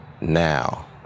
now